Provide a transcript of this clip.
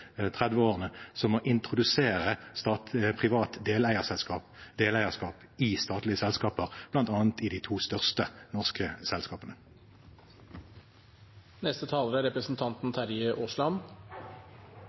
å introdusere privat deleierskap i statlige selskaper, bl.a. i de to største norske selskapene.